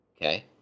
Okay